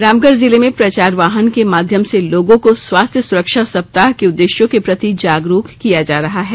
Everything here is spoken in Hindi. रामगढ जिले में प्रचार वाहन के माध्यम से लोगों को स्वास्थ्य सुरक्षा सप्ताह के उद्देश्यों के प्रति जागरूक किया जा रहा है